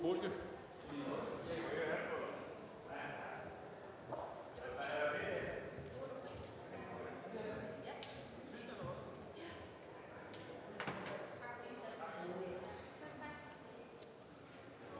Hvor er det,